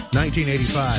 1985